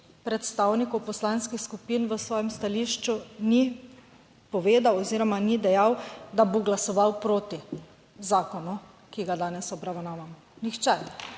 predstavnikov poslanskih skupin v svojem stališču ni povedal oziroma ni dejal, da bo glasoval proti zakonu, ki ga danes obravnavamo, nihče.